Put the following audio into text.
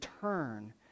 turn